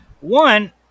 one